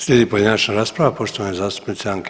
Slijedi pojedinačna rasprava poštovane zastupnice Anke